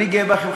אני גאה בכם,